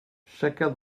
chacun